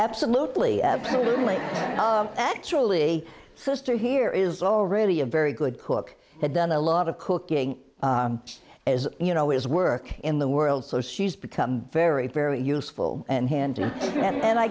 absolutely actually a sister here is already a very good cook had done a lot of cooking as you know is work in the world so she's become very very useful and hand and i